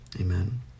Amen